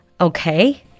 Okay